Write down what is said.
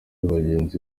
bagenzi